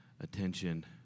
attention